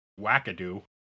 Wackadoo